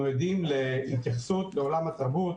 אנחנו עדים להתייחסות לעולם התרבות,